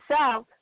South